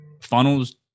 funnels